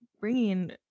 bringing